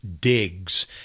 digs